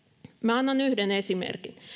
annan yhden esimerkin